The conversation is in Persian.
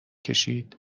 کشید